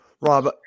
Rob